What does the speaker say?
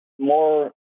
more